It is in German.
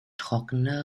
trockene